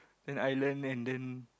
then I learn and then